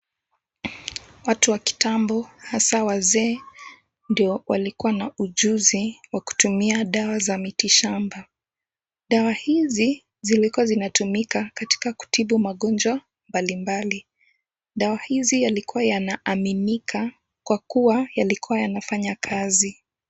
Watu wa kitambo hasa wazee ndio walikuwa na ujuzi wa kutumia dawa za miti shamba. Dawa hizi zilikuwa zinatumika katika kutibu magonjwa mbalimbali. Dawa hizi yalikuwa yanaaminika kwa kuwa yalikuwa yanafanya kazi.